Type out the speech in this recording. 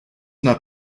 not